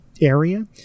area